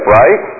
right